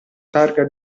targa